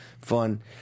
fun